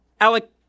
Alec